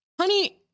honey